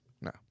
No